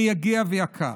מייגע ויקר.